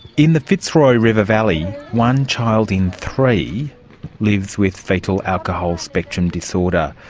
in the fitzroy river valley, one child in three lives with fetal alcohol spectrum disorder,